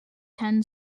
ten